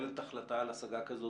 מתקבלת החלטה על השגה כזאת,